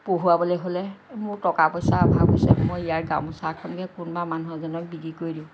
পঢ়ুৱাবলৈ হ'লে মোৰ টকা পইচাৰ অভাৱ হৈছে মই ইয়াৰ গামোছা এখনকে কোনোবা মানুহ এজনক বিক্ৰী কৰি দিওঁ